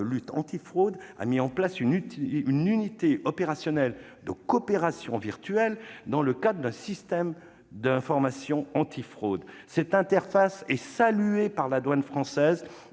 européen de lutte antifraude a mis en place une unité opérationnelle de coopération virtuelle, dans le cadre d'un système d'informations antifraude. Cette interface est saluée par la douane française,